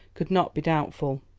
could not be doubtful.